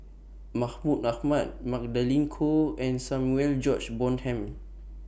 Mahmud Ahmad Magdalene Khoo and Samuel George Bonham